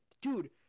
Dude